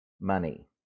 money